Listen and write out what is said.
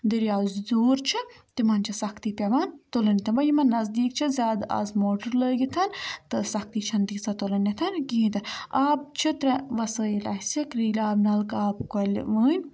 دریاو زِ دوٗر چھِ تِمَن چھِ سَختی پٮ۪وان تُلٕنۍ تہٕ وۄنۍ یِمَن نَزدیٖک چھِ زیادٕ آز موٹر لٲگِتھ تہٕ سَختی چھَنہٕ تیٖژاہ تُلٕنۍ کِہیٖنۍ تہِ آب چھِ ترٛےٚ وَسٲیِل اَسہِ کرٛیٖلہِ آب نَلکہٕ آبہٕ کۄلہِ وٲنۍ